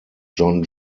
john